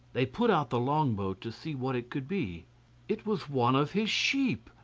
they put out the long-boat to see what it could be it was one of his sheep!